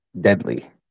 deadly